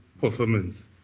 performance